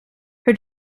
her